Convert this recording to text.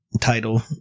title